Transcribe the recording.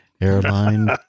airline